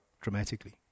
dramatically